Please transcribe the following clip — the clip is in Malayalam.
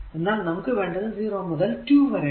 എന്നാൽ നമുക്ക് വേണ്ടത് 0 മുതൽ 2 വരെയാണ്